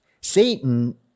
Satan